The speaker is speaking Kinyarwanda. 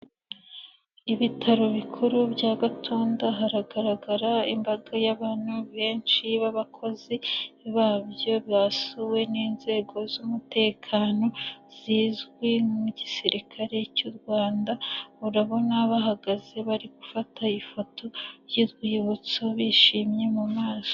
Ibitaro bikuru bya Gatunda, haragaragara imbaga y'abantu benshi b'abakozi babyo, basuwe n'inzego z'umutekano zizwi mu'igisirikare cy'u Rwanda, urabona bahagaze bari gufata ifoto y'urwibutso bishimye mu maso.